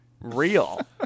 real